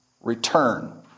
return